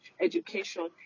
education